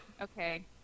Okay